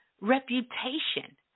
reputation